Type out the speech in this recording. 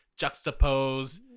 juxtapose